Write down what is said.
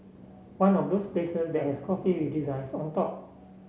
one of those places that has coffee with designs on top